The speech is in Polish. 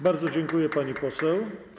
Bardzo dziękuję, pani poseł.